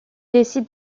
décide